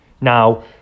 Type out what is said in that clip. Now